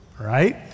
right